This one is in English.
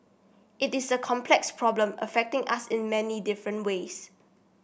it is a complex problem affecting us in many different ways